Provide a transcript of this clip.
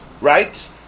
Right